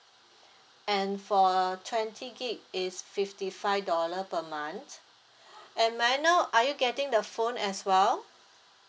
and for twenty gig is fifty five dollar per month and may I know are you getting the phone as well